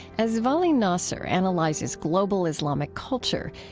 as vali nasr analyzes global islamic culture,